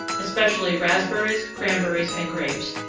especially raspberries, cranberries, and grapes,